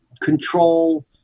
control